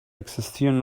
existieren